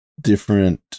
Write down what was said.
different